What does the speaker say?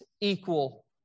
equal